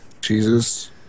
Jesus